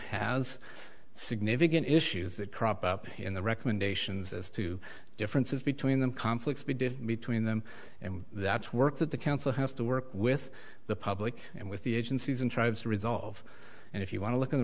has significant issues that crop up in the recommendations as to differences between them conflicts be different between them and that's work that the council has to work with the public and with the agencies and tribes to resolve and if you want to look at the